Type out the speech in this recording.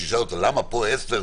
שישאל אותו למה פה 10,000,